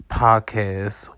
podcast